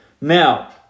Now